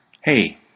Hey